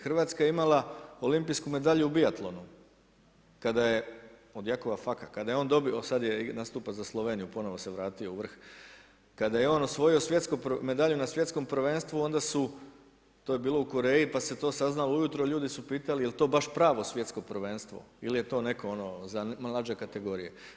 Hrvatska je imala olimpijsku medalju u biatlonu kada je od Jakova Faka, sada nastupa za Sloveniju ponovo se vratio u vrh, kada je on osvojio medalju na svjetskom prvenstvu onda su to je bilo u Koreji, pa se to saznalo ujutro ljudi su pitali jel to baš pravo svjetsko prvenstvo ili je to neko za mlađe kategorije.